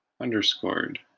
underscored